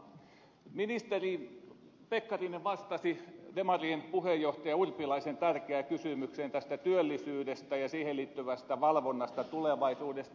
ministeri pekkarinen vastasi demarien puheenjohtaja urpilaisen tärkeään kysymykseen tästä työllisyydestä ja siihen liittyvästä valvonnasta tulevaisuudesta